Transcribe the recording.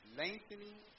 lengthening